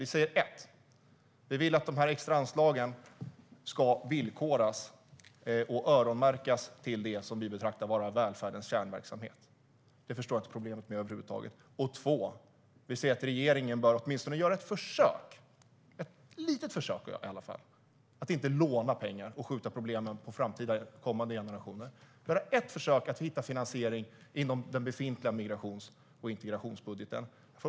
För det första vill vi att de extra anslagen ska villkoras och öronmärkas till det som vi betraktar som välfärdens kärnverksamhet. Det förstår jag inte problemet med över huvud taget. För det andra säger vi att regeringen åtminstone bör göra ett försök - ett litet försök i alla fall - att inte låna pengar och skjuta problemen på framtida, kommande generationer. Gör ett försök att hitta finansiering inom den befintliga migrations och integrationsbudgeten!